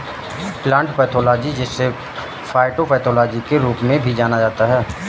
plant pathology जिसे phytopathology के रूप में भी जाना जाता है